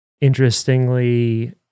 interestingly